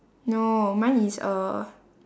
no mine is a